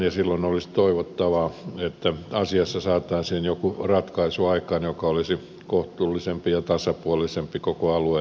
silloin olisi toivottavaa että asiassa saataisiin aikaan joku ratkaisu joka olisi kohtuullisempi ja tasapuolisempi koko alue